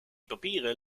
papieren